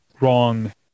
wrong